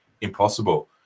Impossible